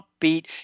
upbeat